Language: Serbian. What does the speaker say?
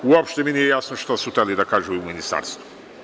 Uopšte mi nije jasno što su hteli da kažu iz Ministarstva.